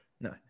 No